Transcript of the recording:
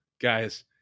Guys